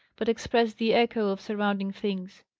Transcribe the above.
but expressed the echo of surrounding things.